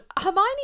hermione